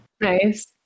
Nice